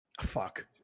Fuck